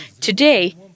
Today